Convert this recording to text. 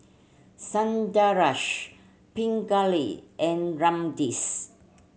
Sundaresh Pingali and